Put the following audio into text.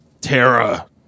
Terra